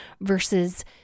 versus